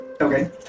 Okay